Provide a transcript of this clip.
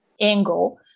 angle